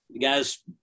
guys